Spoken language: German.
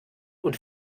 und